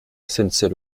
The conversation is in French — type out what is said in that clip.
sennecey